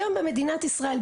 היום במדינת ישראל,